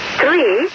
three